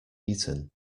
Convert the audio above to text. eaten